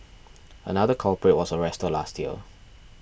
another culprit was arrested last year